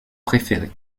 préféré